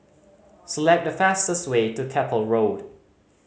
select the fastest way to Keppel Road